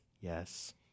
Yes